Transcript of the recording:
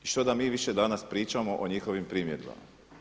I što da mi više danas pričamo o njihovim primjedbama?